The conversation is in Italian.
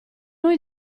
noi